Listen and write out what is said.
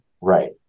Right